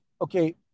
okay